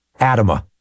Adama